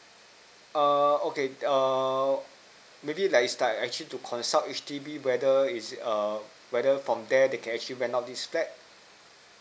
err okay err maybe like it's like actually to consult H_D_B whether he's err whether from there they can actually rent out this flat